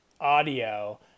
audio